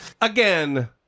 again